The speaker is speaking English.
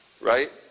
Right